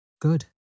Good